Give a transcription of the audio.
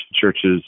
churches